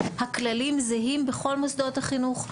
הכללים זהים בכל מוסדות החינוך.